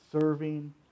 serving